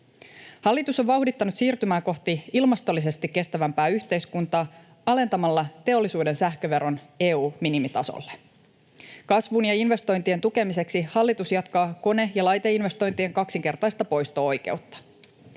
Hallitus on vauhdittanut siirtymää kohti ilmastollisesti kestävämpää yhteiskuntaa alentamalla teollisuuden sähköveron EU-minimitasolle. Kasvun ja investointien tukemiseksi hallitus jatkaa kone- ja laiteinvestointien kaksinkertaista poisto-oikeutta.